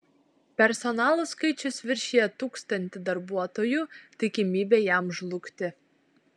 personalo skaičius viršija tūkstanti darbuotojų tikimybė jam žlugti